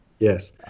Yes